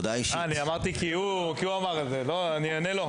אני אמרתי כי הוא אמר את זה, אני עונה לו.